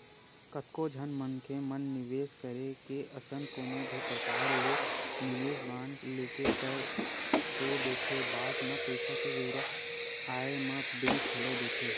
कतको झन मनखे मन निवेस करे असन कोनो भी परकार ले निवेस बांड लेके कर तो देथे बाद म पइसा के जरुरत आय म बेंच घलोक देथे